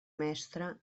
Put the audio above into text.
mestra